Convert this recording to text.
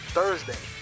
Thursday